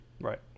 Right